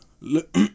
look